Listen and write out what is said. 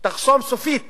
תחסום סופית